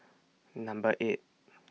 Number eight